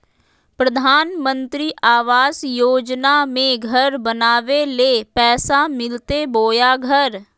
प्रधानमंत्री आवास योजना में घर बनावे ले पैसा मिलते बोया घर?